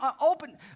open